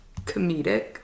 comedic